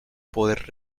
poder